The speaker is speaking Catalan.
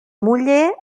muller